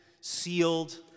sealed